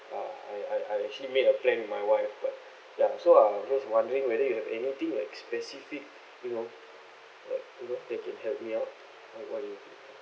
ah I I I actually made a plan with my wife but ya so I was just wondering whether you have anything like specific you know like you know that can help me out like